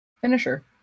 finisher